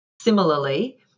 Similarly